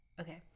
Okay